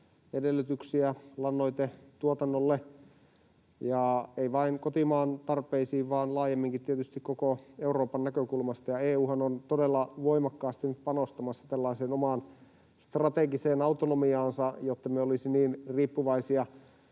edellytyksiä lannoitetuotannolle, ja ei vain kotimaan tarpeisiin vaan laajemminkin tietysti koko Euroopan näkökulmasta. EU:han on todella voimakkaasti nyt panostamassa tällaiseen omaan strategiseen autonomiaansa, jotta emme olisi niin riippuvaisia